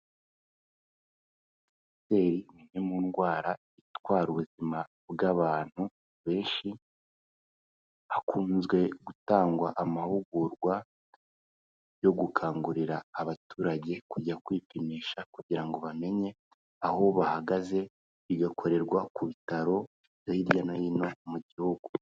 Imiteri imwe mu ndwara itwara ubuzima bw'abantu benshi, hakunze gutangwa amahugurwa yo gukangurira abaturage kujya kwipimisha kugira ngo bamenye aho bahagaze, bigakorerwa ku bitaro hirya no hino mu gihugu.